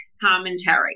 commentary